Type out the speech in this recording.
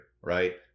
Right